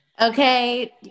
Okay